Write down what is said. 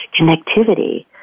connectivity